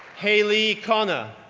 haley connor,